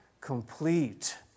complete